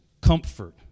comfort